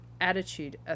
attitude